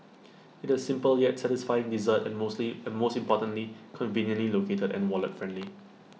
IT A simple yet satisfying dessert and mostly and most importantly conveniently located and wallet friendly